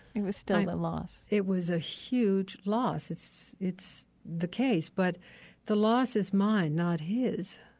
it was still a loss it was a huge loss. it's it's the case. but the loss is mine, not his.